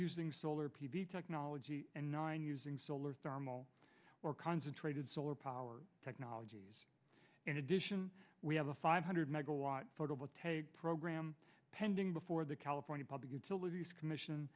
using solar p v technology and nine using solar thermal or concentrated solar power technologies in addition we have a five hundred megawatt photovoltaic program pending before the california public utilities commission